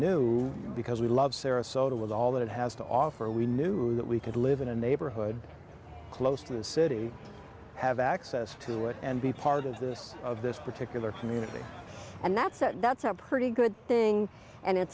knew because we love sarasota with all that it has to offer we knew that we could live in a neighborhood close to the city have access to it and be part of this of this particular community and that's a that's a pretty good thing and it